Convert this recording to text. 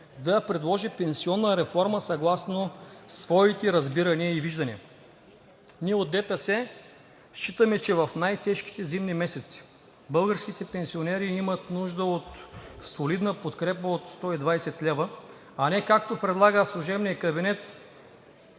да предложи пенсионна реформа съгласно своите разбирания и виждания. Ние от ДПС считаме, че в най-тежките зимни месеци българските пенсионери имат нужда от солидна подкрепа от 120 лв., а не както предлага служебният кабинет